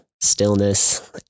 stillness